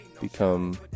become